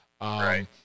Right